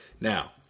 Now